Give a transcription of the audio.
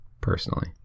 personally